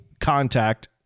contact